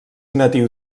natiu